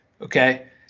Okay